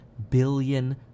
billion